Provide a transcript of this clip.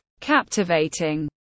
captivating